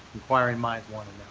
inquiring minds wanna